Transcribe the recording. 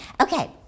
Okay